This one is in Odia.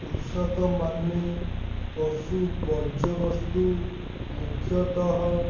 କୃଷକମାନେ ପଶୁ ବର୍ଜ୍ୟବସ୍ତୁ ମୁଖ୍ୟତଃ